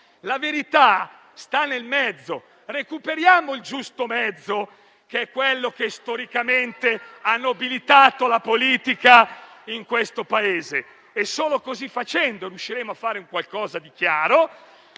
la verità sta nel mezzo: recuperiamo il giusto mezzo, quello che storicamente ha nobilitato la politica in questo Paese. Solo così riusciremo a fare qualcosa di chiaro,